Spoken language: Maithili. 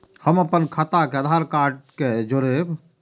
हम अपन खाता के आधार कार्ड के जोरैब?